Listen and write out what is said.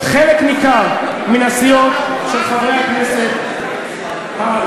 חלק ניכר מן הסיעות של חברי הכנסת הערבים.